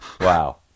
Wow